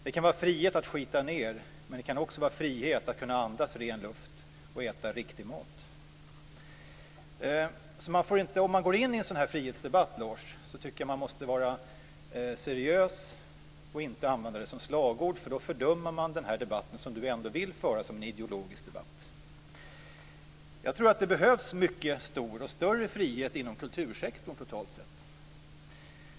Det kan vara frihet att skita ned men det kan också vara frihet att kunna andas ren luft och äta riktig mat. Om man går in i en sådan här frihetsdebatt, Lars, tycker jag att man måste vara seriös och inte använda det här som slagord, för då fördummar man den här debatten som Lars ändå vill föra som en ideologisk debatt. Jag tror att det behövs en mycket stor, och en större, frihet inom kultursektorn totalt sett.